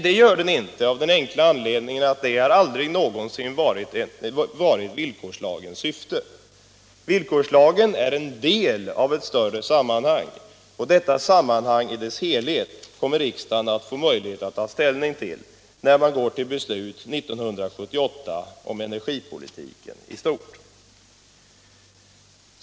Det gör den inte av den enkla anledningen att det aldrig någonsin har varit villkorslagens syfte. Villkorslagen är en del av ett större sammanhang, och detta sammanhang i dess helhet kommer riksdagen att få möjlighet att ta ställning till när man går till beslut 1978 om energipolitiken i stort.